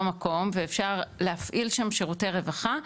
המקום ואפשר להפעיל שם שירותי רווחה,